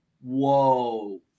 whoa